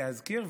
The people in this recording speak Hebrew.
להזכיר.